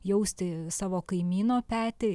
jausti savo kaimyno petį